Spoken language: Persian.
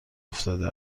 افتاده